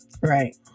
right